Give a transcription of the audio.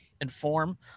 inform